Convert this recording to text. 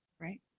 Right